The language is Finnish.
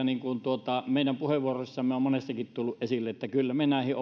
niin kuin meidän puheenvuoroissamme on monessakin tullut esille kyllä hallitus näihin